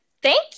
Thank